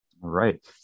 right